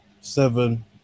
Seven